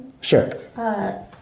sure